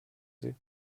sie